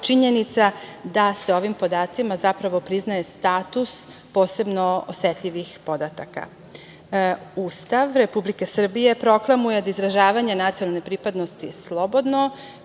činjenica da se ovim podacima zapravo priznaje status posebno osetljivih podataka. Ustav Republike Srbije proklamuje da izražavanje nacionalne pripadnosti je slobodno.